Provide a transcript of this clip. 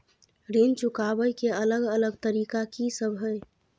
ऋण चुकाबय के अलग अलग तरीका की सब हय?